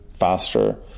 faster